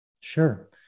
Sure